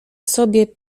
sobie